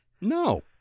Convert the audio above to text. No